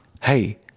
Hey